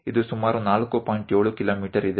7 kilometre ಇದೆ